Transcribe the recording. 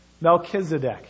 Melchizedek